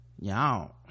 Y'all